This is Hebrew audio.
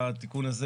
התיקון הזה